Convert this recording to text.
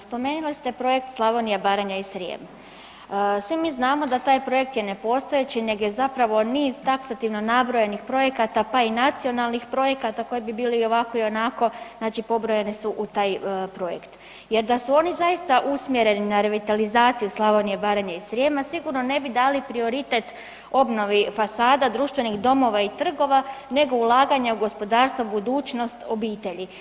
Spomenuli ste projekt Slavonija, Baranja i Srijem, svi mi znamo da je taj projekt nepostojeći nego je zapravo niz taksativno nabrojenih projekata pa i nacionalnih projekata koji bi bili i ovako i onako pobrojani su u taj projekt jer da su oni zaista usmjereni na revitalizaciju Slavonije, Baranje i Srijema sigurno ne bi dali prioritet obnovi fasada društvenih domova i trgova nego ulaganje u gospodarstvo, budućnost, obitelji.